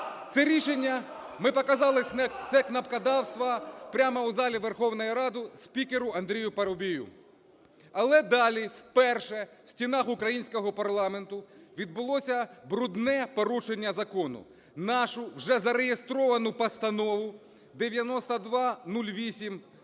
Це рішення… ми показали це кнопкодавство прямо у залі Верховної Ради спікеру Андрію Парубію. Але далі вперше в стінах українського парламенту відбулося брудне порушення закону. Нашу вже зареєстровану постанову 9208-П